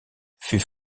fut